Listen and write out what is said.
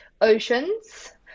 oceans